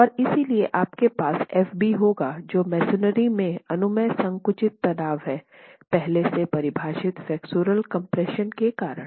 और इसलिए आपके पास Fb होगा जो मसोनरी में अनुमेय संकुचित तनाव हैपहले से परिभाषित फ्लेक्सोरल कम्प्रेशन के कारण